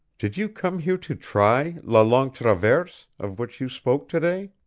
did you come here to try la longue traverse of which you spoke to-day?